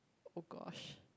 oh gosh